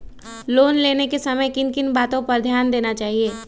Loan लेने के समय किन किन वातो पर ध्यान देना चाहिए?